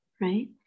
right